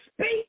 speak